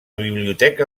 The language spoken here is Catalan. biblioteca